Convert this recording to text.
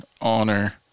honor